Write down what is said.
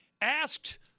Asked